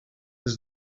des